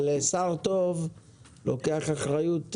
שר טוב לוקח אחריות רחבה,